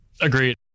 Agreed